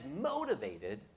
motivated